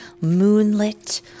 moonlit